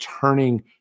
turning